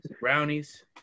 brownies